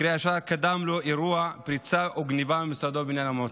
מקרה אשר קדם לו אירוע פריצה וגנבה ממשרדו בבניין המועצה,